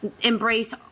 embrace